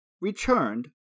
returned